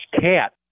cat